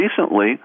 recently